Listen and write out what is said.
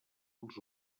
els